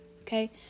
Okay